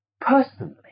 personally